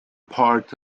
part